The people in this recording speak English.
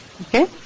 Okay